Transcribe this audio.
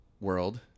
world